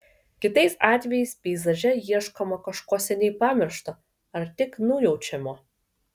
kitais atvejais peizaže ieškoma kažko seniai pamiršto ar tik nujaučiamo